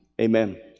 Amen